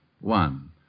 one